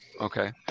Okay